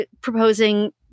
proposing